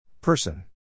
Person